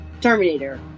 Terminator